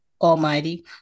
Almighty